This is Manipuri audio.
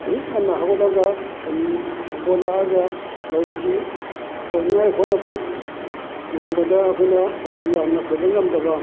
ꯑꯌꯨꯛ ꯉꯟꯅ ꯍꯧꯒꯠꯂꯒ ꯁꯟ ꯁꯟꯄꯣꯠ ꯂꯥꯛꯑꯒ ꯂꯧꯁꯤ ꯈꯣꯏꯅꯤꯉꯥꯏ ꯍꯣꯠꯅꯕ ꯅꯣꯡꯃꯗ ꯑꯩꯈꯣꯏꯅ ꯐꯩꯗꯣꯝ ꯌꯥꯝꯅ ꯈꯣꯏꯕ ꯉꯝꯗꯕ